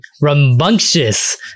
rambunctious